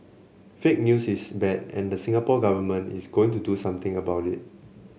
fake news is bad and the Singapore Government is going to do something about it